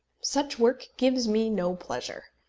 such work gives me no pleasure.